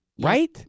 Right